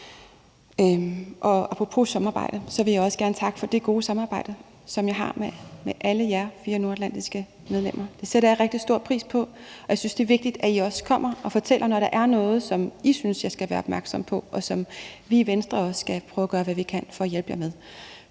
Apropos samarbejde vil jeg også gerne takke for det gode samarbejde, som jeg har med alle jer fire nordatlantiske medlemmer. Det sætter jeg rigtig stor pris på, og jeg synes, at det er vigtigt, at I også kommer og fortæller, når der er noget, som I synes jeg skal være opmærksom på, og som vi i Venstre også skal prøve at gøre, hvad vi kan, for at hjælpe jer med.